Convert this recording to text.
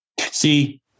see